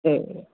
ਅਤੇ